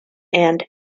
and